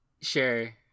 Sure